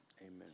Amen